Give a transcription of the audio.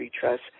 Trust